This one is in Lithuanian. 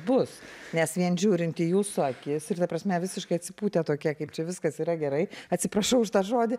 bus nes vien žiūrint į jūsų akis ir ta prasme visiškai atsipūtę tokie kaip čia viskas yra gerai atsiprašau už tą žodį